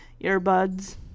earbuds